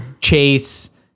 chase